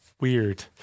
Weird